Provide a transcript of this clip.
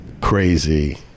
crazy